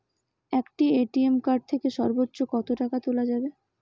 একটি ATM card থেকে সর্বোচ্চ কত টাকা তোলা যাবে?